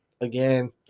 again